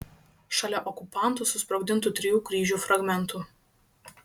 šalia okupantų susprogdintų trijų kryžių fragmentų